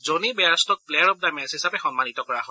জনী বেয়াৰ্ট'ক player of the match হিচাপে সন্মানীত কৰা হয়